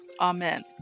Amen